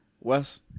Wes